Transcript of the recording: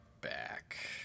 back